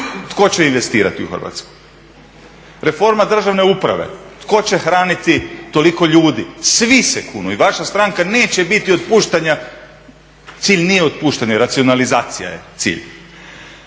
Tko će investirati u HRvatsku? Reforma državne uprave, tko će hraniti toliko ljudi? Svi se kunu, i vaša stranka, neće biti otpuštanja, cilj nije otpuštanje, racionalizacija je cilj.